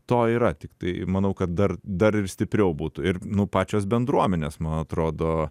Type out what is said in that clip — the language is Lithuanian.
to yra tiktai manau kad dar dar ir stipriau būtų ir nu pačios bendruomenės man atrodo